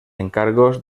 encargos